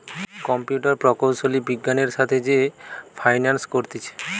computer প্রকৌশলী বিজ্ঞানের সাথে যে ফাইন্যান্স করতিছে